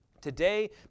Today